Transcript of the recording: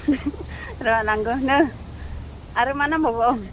र लांगौ नो आरो मा नांबावगौ